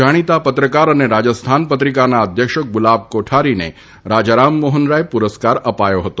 જાણીતા પત્રકાર અને રાજસ્થાન પત્રિકાના અધ્યક્ષ ગુલાબ કોઠારીને રાજા રામમોહન રોય પુરસ્કાર અપાયો હતો